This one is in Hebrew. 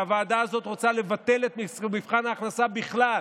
והוועדה הזאת רוצה לבטל את מבחן ההכנסה בכלל,